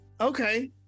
Okay